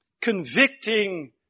convicting